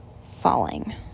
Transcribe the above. falling